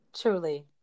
Truly